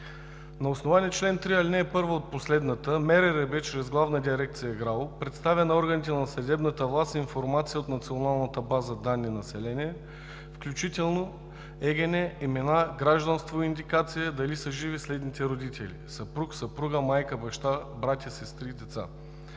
На основание чл. 3, ал. 1 от последната, МРРБ чрез Главна дирекция „ГРАО“ представя на органите на съдебната власт информация от националната база данни „Население“, включително ЕГН, имена, гражданство, индикация дали са живи следните родители – съпруг, съпруга, майка, баща, братя, сестри и деца.